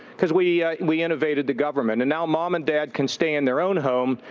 because we we innovated the government. and now mom and dad can stay in their own home,